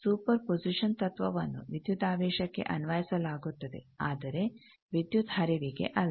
super position ತತ್ವವನ್ನು ವಿದ್ಯುದಾವೇಶಕ್ಕೆ ಅನ್ವಯಿಸಲಾಗುತ್ತದೆ ಆದರೆ ವಿದ್ಯುತ್ ಹರಿವಿಗೆ ಅಲ್ಲ